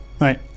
right